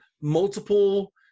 multiple